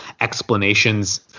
explanations